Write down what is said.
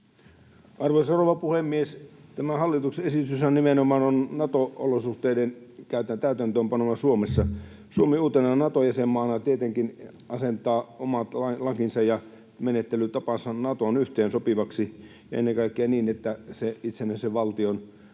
Arvoisa rouva puhemies! Tämä hallituksen esitys on nimenomaan Nato-olosuhteiden täytäntöönpanoa Suomessa. Suomi uutena Nato-jäsenmaana tietenkin asettaa omat lakinsa ja menettelytapansa Natoon yhteensopivaksi ja ennen kaikkea niin, että se itsenäisen valtion